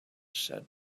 said